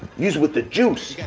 you was with the juice.